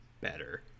better